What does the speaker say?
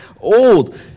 old